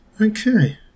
Okay